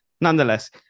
nonetheless